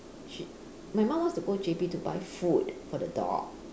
she my mum wants to go J_B to buy food for the dog